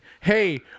hey